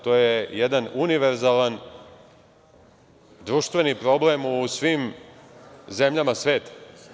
To je jedan univerzalan društveni problem u svim zemljama sveta.